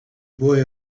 boy